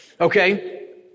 Okay